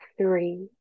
three